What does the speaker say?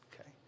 okay